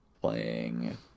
playing